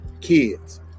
Kids